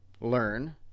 learn